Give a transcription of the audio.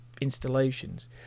installations